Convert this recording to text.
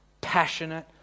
passionate